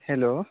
hello